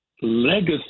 legacy